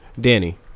Danny